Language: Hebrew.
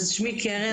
אז שמי קרן,